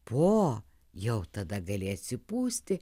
po jau tada gali atsipūsti